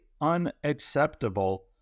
unacceptable